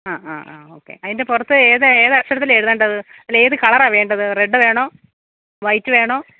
അ ആ ആ ഓക്കെ അതിന്റെ പുറത്ത് ഏതാ ഏത് അക്ഷരത്തിലാ എഴുതേണ്ടത് അല്ല ഏത് കളറ് ആണ് വേണ്ടത് റെഡ്ഡ് വേണോ വൈറ്റ് വേണോ